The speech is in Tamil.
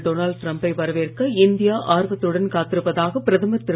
டொனால்ட் டிரம்பை வரவேற்க இந்தியா ஆர்வத்துடன் காத்திருப்பதாக பிரதமர் திரு